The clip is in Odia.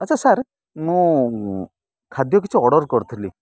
ଆଚ୍ଛା ସାର୍ ମୁଁ ଖାଦ୍ୟ କିଛି ଅର୍ଡ଼ର କରିଥିଲି